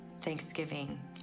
Thanksgiving